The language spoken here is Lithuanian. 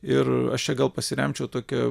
ir aš čia gal pasiremčiau tokia